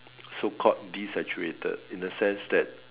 so called desaturated in the sense that